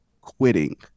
quitting